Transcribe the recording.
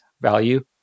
value